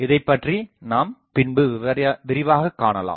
இதைப்பற்றி நாம் பின்பு விரிவாகக்காணலாம்